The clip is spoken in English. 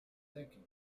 thinking